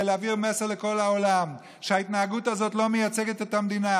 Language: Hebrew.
להעביר מסר לכל העולם שההתנהגות הזאת לא מייצגת את המדינה.